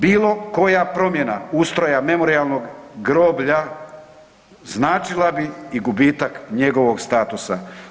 Bilo koja promjena ustroja Memorijalnog groblja značila bi i gubitak njegovog statusa.